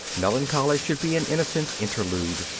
melancholy should be an innocent interlude,